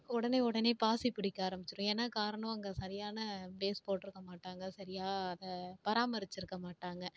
உடனே உடனே பாசி புடிக்க ஆரம்பிச்சிரும் ஏன்னால் காரணம் அங்கே சரியான பேஸ் போட்டுருக்க மாட்டாங்கள் சரியாக க பராமரிச்சுருக்க மாட்டாங்கள்